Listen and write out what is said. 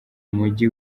mujyi